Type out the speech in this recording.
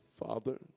Father